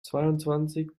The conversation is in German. zweiundzwanzig